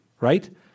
Right